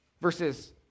versus